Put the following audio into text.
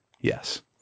yes